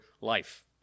life